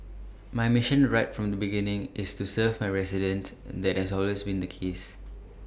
my mission right from the beginning is to serve my residents that has always been the case